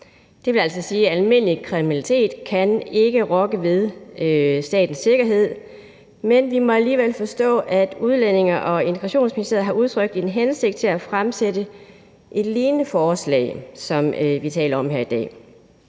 Det vil altså sige, at almindelig kriminalitet ikke kan rokke ved statens sikkerhed. Men vi må alligevel forstå, at Udlændinge- og Integrationsministeriet har udtrykt en hensigt om at fremsætte et forslag i lighed med det, som vi taler om her i dag,